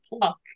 pluck